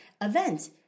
event